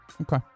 Okay